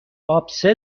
آبسه